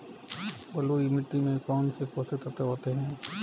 बलुई मिट्टी में कौनसे पोषक तत्व होते हैं?